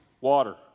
Water